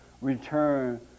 return